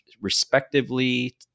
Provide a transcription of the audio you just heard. respectively